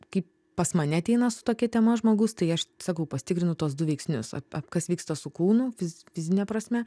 kaip pas mane ateina su tokia tema žmogus tai aš sakau pasitikrinu tuos du veiksnius a a kas vyksta su kūnu fiz fizine prasme